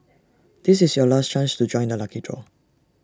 this is your last chance to join the lucky draw